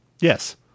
Yes